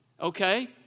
okay